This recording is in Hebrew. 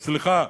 סליחה,